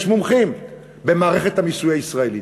יש מומחים במערכת המיסוי הישראלית.